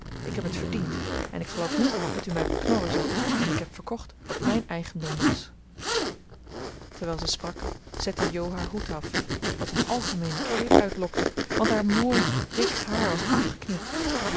ik heb het verdiend en ik geloof niet dat u mij beknorren zult want ik heb verkocht wat mijn eigendom was terwijl ze sprak zette jo haar hoed af wat een algemeenen kreet uitlokte want haar mooi dik haar was afgeknipt